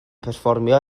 perfformio